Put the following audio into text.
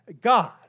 God